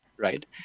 right